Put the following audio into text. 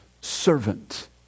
servant